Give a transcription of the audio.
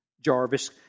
Jarvis